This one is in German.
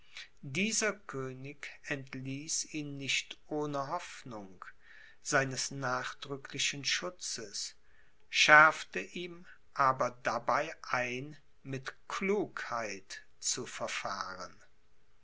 dieser könig entließ ihn nicht ohne hoffnung seines nachdrücklichen schutzes schärfte ihm aber dabei ein mit klugheit zu verfahren